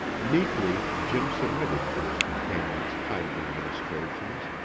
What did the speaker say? meekly jim submitted to his companion's kindly ministrations,